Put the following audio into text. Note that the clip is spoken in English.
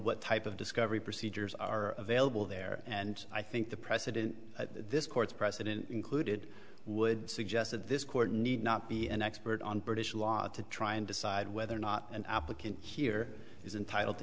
what type of discovery procedures are available there and i think the precedent this court's precedent included would suggest that this court need not be an expert on british law to try and decide whether or not an applicant here is entitled to